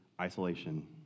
isolation